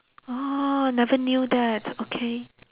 orh never knew that okay